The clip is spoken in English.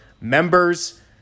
members